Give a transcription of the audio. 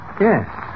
Yes